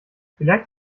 vielleicht